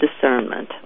discernment